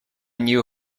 knew